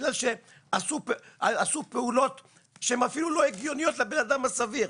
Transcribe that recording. בגלל שעשו פעולות שהם אפילו לא הגיוניות לבנאדם הסביר.